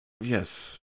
Yes